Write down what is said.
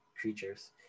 creatures